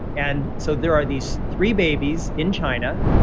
and so there are these three babies in china.